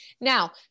Now